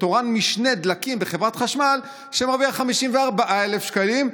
או תורן משנה דלקים בחברת חשמל שמרוויח 54,000 שקלים,